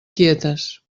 quietes